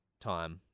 time